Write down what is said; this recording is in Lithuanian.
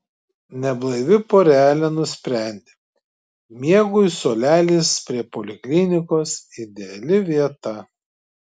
neblaivi porelė nusprendė miegui suolelis prie poliklinikos ideali vieta